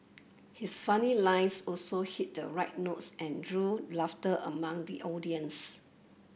his funny lines also hit the right notes and drew laughter among the audience